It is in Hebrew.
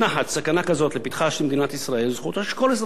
ישראל זכותו של כל אזרח לתהות: האומנם?